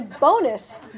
bonus